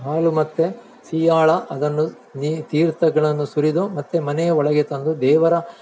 ಹಾಲು ಮತ್ತು ಸೀಯಾಳ ಅದನ್ನು ನೀ ತೀರ್ಥಗಳನ್ನು ಸುರಿದು ಮತ್ತು ಮನೆಯ ಒಳಗೆ ತಂದು ದೇವರ